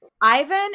Ivan